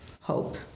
Hope